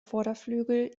vorderflügel